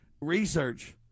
research